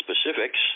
specifics